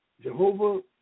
Jehovah